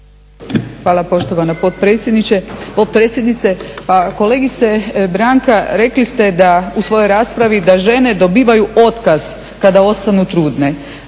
Hvala poštovana potpredsjednice. Pa kolegice Branka rekli ste u svojoj raspravi da žene dobivaju otkaz kada ostanu trudne.